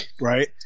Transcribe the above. right